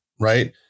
right